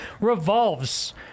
revolves